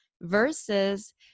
versus